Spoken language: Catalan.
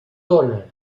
dóna